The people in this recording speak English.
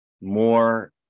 more